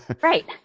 Right